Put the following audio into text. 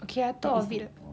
okay ah thought of it ah